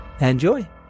Enjoy